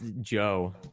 Joe